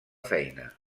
feina